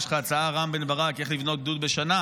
יש לך הצעה, רם בן ברק, איך לבנות גדוד בשנה?